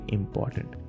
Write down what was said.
important